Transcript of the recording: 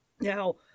Now